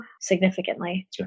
significantly